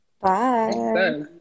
Bye